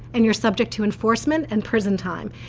and you're subject to enforcement and prison time.